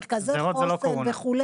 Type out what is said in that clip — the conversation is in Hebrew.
מרכזי החוסן וכו',